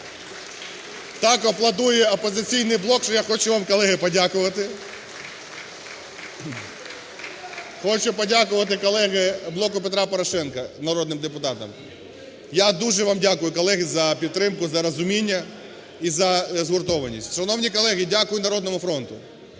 Так аплодує "Опозиційний блок", що я хочу вам, колеги, подякувати. Хочу подякувати колегам "Блоку Петра Порошенка", народним депутатам. Я дуже вам дякую, колеги, за підтримку, за розуміння і за згуртованість. Шановні колеги, дякую "Народному фронту".